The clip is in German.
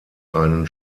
einen